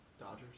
Dodgers